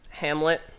Hamlet